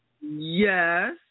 Yes